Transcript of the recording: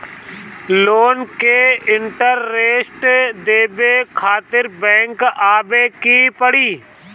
Loan के interest देवे खातिर बैंक आवे के पड़ी?